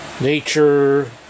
nature